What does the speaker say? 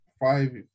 five